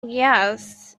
yes